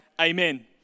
Amen